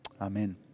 Amen